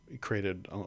created